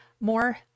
more